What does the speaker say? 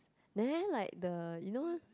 [neh] like the you know